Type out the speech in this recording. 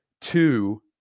two